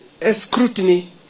scrutiny